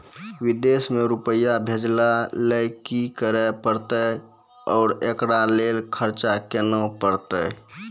विदेश मे रुपिया भेजैय लेल कि करे परतै और एकरा लेल खर्च केना परतै?